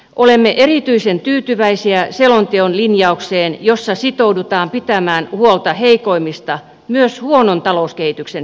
olemme erityisen tyytyväisiä selonteon lin jaukseen jossa sitoudutaan pitämään huolta heikoimmista myös huonon talouskehityksen skenaarioissa